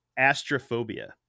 astrophobia